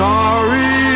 Sorry